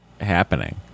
happening